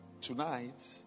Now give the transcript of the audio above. Tonight